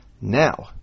Now